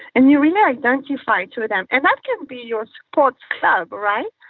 and you really identify to them, and that can be your sports club, right,